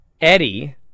Eddie